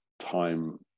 time